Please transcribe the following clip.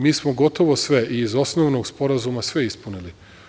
Mi smo gotovo sve, i iz osnovnog sporazuma sve ispunili.